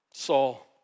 Saul